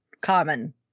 common